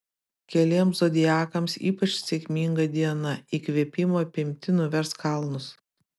keliems zodiakams ypač sėkminga diena įkvėpimo apimti nuvers kalnus